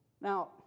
Now